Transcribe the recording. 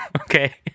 okay